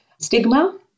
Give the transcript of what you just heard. stigma